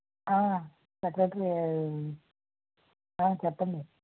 secretary చెప్పండి